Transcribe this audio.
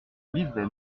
livrée